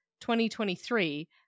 2023